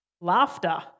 Laughter